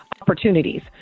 opportunities